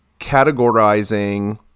categorizing